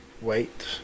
wait